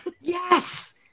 Yes